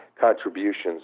contributions